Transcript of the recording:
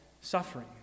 suffering